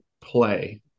play